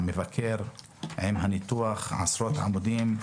מבקר המדינה עם הניתוח, עשרות עמודים,